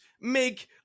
make